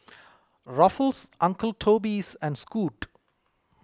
Ruffles Uncle Toby's and Scoot